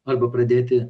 arba pradėti